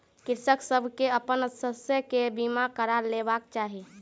कृषक सभ के अपन शस्य के बीमा करा लेबाक चाही